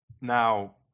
Now